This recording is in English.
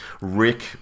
Rick